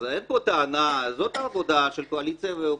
אז אין פה טענה זאת העבודה של קואליציה ואופוזיציה.